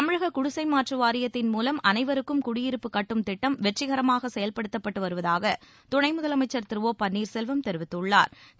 தமிழக குடிசைமாற்று வாரியத்தின் மூவம் அனைவருக்கும் குடியிருப்பு கட்டும் திட்டம் வெற்றிகரமாக செயல்படுத்தப்பட்டு வருவதாக துணை முதலமைச்சா் திரு ஒ பன்னீாசெல்வம் தெரிவித்துள்ளாா்